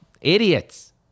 Idiots